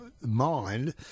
mind